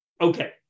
Okay